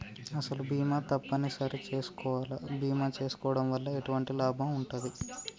అసలు బీమా తప్పని సరి చేసుకోవాలా? బీమా చేసుకోవడం వల్ల ఎటువంటి లాభం ఉంటది?